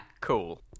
Cool